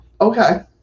Okay